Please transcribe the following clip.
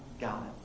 God